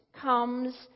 comes